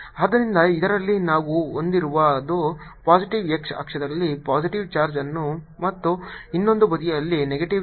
ಆದ್ದರಿಂದ ಇದರಲ್ಲಿ ನಾವು ಹೊಂದಿರುವುದು ಪಾಸಿಟಿವ್ x ಅಕ್ಷದಲ್ಲಿ ಪಾಸಿಟಿವ್ ಚಾರ್ಜ್ ಮತ್ತು ಇನ್ನೊಂದು ಬದಿಯಲ್ಲಿ ನೆಗೆಟಿವ್ ಚಾರ್ಜ್